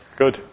good